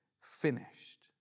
finished